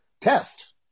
test